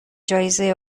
جایزهی